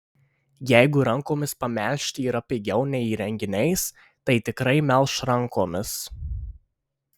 jeigu rankomis pamelžti yra pigiau nei įrenginiais tai tikrai melš rankomis